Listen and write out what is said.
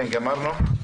כן, גמרנו.